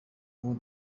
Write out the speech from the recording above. ubu